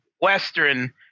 Western